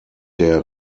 der